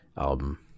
album